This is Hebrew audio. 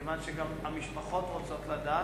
כיוון שגם המשפחות רוצות לדעת.